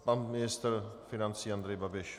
Pan ministr financí Andrej Babiš.